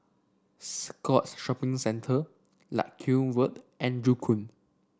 Scotts Shopping Centre Larkhill and Joo Koon